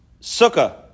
sukkah